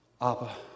Abba